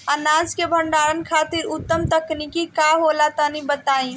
अनाज के भंडारण खातिर उत्तम तकनीक का होला तनी बताई?